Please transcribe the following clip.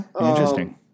interesting